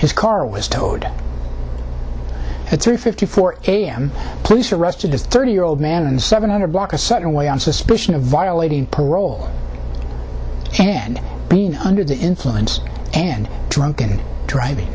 his car was towed it's fifty four am police arrested a thirty year old man in the seven hundred block a certain way on suspicion of violating parole and being under the influence and drunken driving